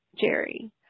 jerry